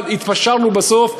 אבל התפשרנו בסוף.